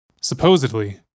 Supposedly